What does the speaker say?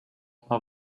immer